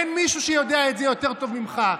אין מישהו שיודע את זה יותר טוב ממך.